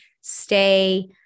stay